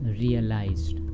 realized